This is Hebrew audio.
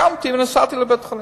קמתי ונסעתי לבית-החולים.